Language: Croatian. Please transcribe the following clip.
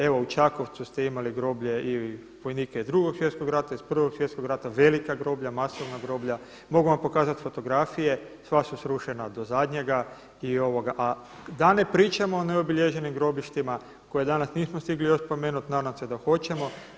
Evo u Čakovcu ste imali groblje i vojnika iz Drugog svjetskog rata, iz prvog svjetskog rata, velika groblja, masovna groblja, mogu vam pokazati fotografije, sva su srušena do zadnjega, a da ne pričamo o neobilježenim grobištima koje danas nismo stigli još spomenuti, nadam se da hoćemo.